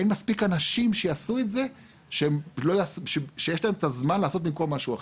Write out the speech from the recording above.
אין מספיק אנשים שיעשו את זה ושיש להם את הזמן לעשות במקום משהו אחר,